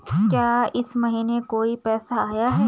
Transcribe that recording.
क्या इस महीने कोई पैसा आया है?